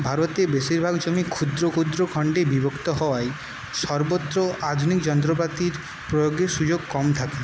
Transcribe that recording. ভারতে বেশিরভাগ জমি ক্ষুদ্র ক্ষুদ্র খণ্ডে বিভক্ত হওয়ায় সর্বত্র আধুনিক যন্ত্রপাতির প্রয়োগের সুযোগ কম থাকে